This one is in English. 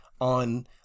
on